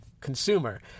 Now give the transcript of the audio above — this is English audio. consumer